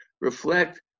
reflect